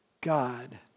God